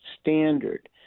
standard